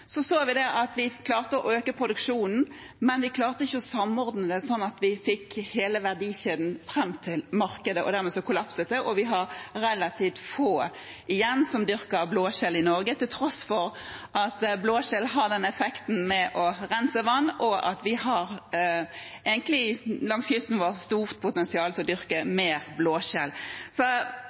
så vi at vi klarte å øke produksjonen, men vi klarte ikke å samordne det slik at vi fikk hele verdikjeden fram til markedet. Dermed kollapset det, og vi har relativt få igjen som dyrker blåskjell i Norge, til tross for at blåskjell har effekten med å rense vann, og at vi langs kysten vår egentlig har stort potensial for å dyrke mer blåskjell. Så